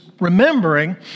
remembering